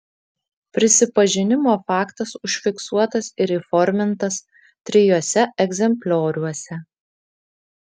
prisipažinimo faktas užfiksuotas ir įformintas trijuose egzemplioriuose